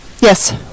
yes